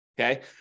okay